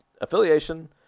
affiliation